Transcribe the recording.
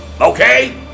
Okay